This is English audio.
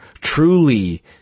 truly